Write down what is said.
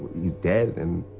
he's dead? and